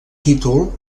títol